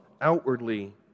outwardly